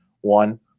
one